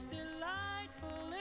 delightful